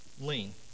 Lean